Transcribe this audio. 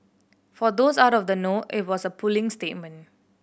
for those out of the know it was a puling statement